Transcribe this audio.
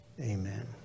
Amen